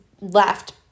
left